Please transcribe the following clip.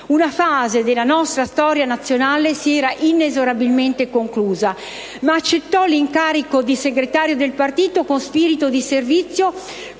una fase della nostra storia nazionale si era inesorabilmente conclusa. Tuttavia, Martinazzoli accettò l'incarico di segretario del partito con spirito di servizio,